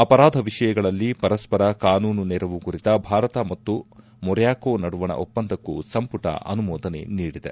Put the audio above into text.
ಅಪರಾಧ ವಿಷಯಗಳಲ್ಲಿ ಪರಸ್ಪರ ಕಾನೂನು ನೆರವು ಕುರಿತ ಭಾರತ ಮತ್ತು ಮೊರ್ಜ್ಕೋ ನಡುವಣ ಒಪ್ಪಂದಕ್ಕೂ ಸಂಪುಟ ಅನುಮೋದನೆ ನೀಡಿದೆ